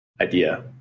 idea